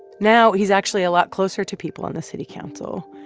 now he's actually a lot closer to people on the city council.